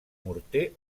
morter